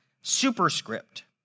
superscript